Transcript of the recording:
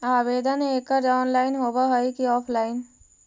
आवेदन एकड़ ऑनलाइन होव हइ की ऑफलाइन?